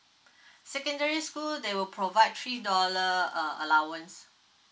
secondary school they will provide three dollar uh allowance